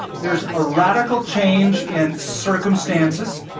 there's a radical change in circumstances,